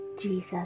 Jesus